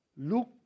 Look